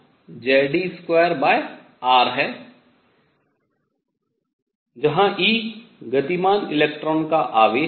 जहां e गतिमान electron का आवेश है